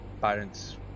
parents